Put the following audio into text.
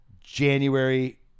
January